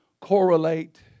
correlate